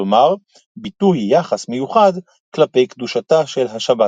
כלומר ביטוי יחס מיוחד כלפי קדושתה של השבת.